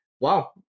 Wow